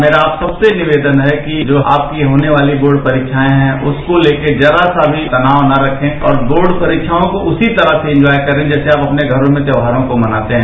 मेरा आप सब से निवेदन है कि जो आप की होने वाली बोर्ड परीक्षाएं हैं उसको लेकर जरा सा भी तनाव न रखें और बोर्ड परीक्षाओं को रसी तरीके से इन्ज्वाय करें जैसे हम अपने घरों में त्यौहारों को मनाते हैं